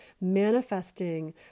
manifesting